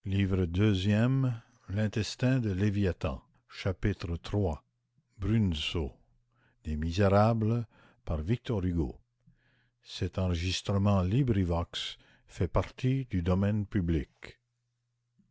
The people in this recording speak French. de léviathan chapitre i